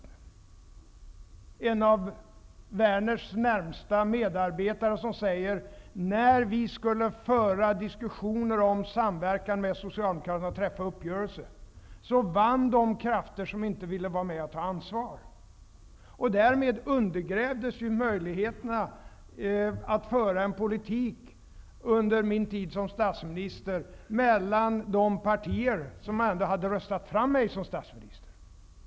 Han var en av Werners närmaste medarbetare, och han säger att när man i Vänsterpartiet skulle föra diskussioner om samverkan med Socialdemokraterna och träffa uppgörelser, vann de krafter som inte ville vara med och ta ansvar. Därmed undergrävdes möjligheterna att föra en politik under min tid som statsminister mellan de partier som ändå hade röstat fram mig som statsminister.